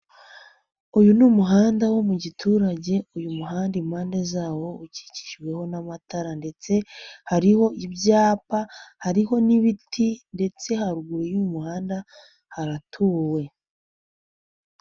Uyu ni umuhanda wo mu giturage, uyu muhanda impande zawo ukikikijweho n'amatara ndetse hariho ibyapa, hariho n'ibiti ndetse haruguru y'umuhanda haratuwe.